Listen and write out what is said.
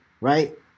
right